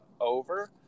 over